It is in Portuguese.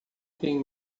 tem